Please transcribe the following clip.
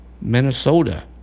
Minnesota